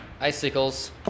icicles